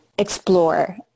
explore